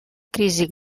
crisi